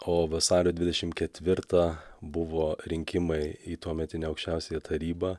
o vasario dvidešimt ketvirtą buvo rinkimai į tuometinę aukščiausiąją tarybą